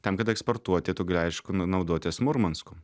tam kad eksportuoti tu gali aišku nau naudotis murmansku